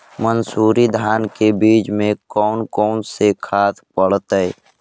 मंसूरी धान के बीज में कौन कौन से खाद पड़तै?